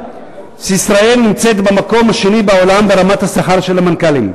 שישראל נמצאת במקום השני בעולם ברמת השכר של המנכ"לים.